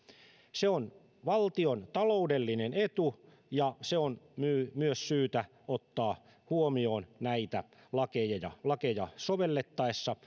se on valtion taloudellinen etu ja se on myös myös syytä ottaa huomioon näitä lakeja sovellettaessa